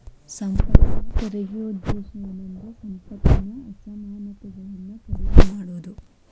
ಸಂಪತ್ತಿನ ತೆರಿಗೆ ಉದ್ದೇಶ ಏನಂದ್ರ ಸಂಪತ್ತಿನ ಅಸಮಾನತೆಗಳನ್ನ ಕಡಿಮೆ ಮಾಡುದು